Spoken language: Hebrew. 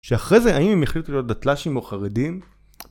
שאחרי זה האם הם יחליטו להיות דתלשים או חרדים?